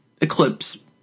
eclipse